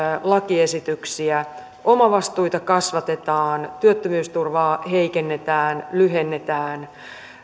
lakiesityksiä omavastuita kasvatetaan työttömyysturvaa heikennetään lyhennetään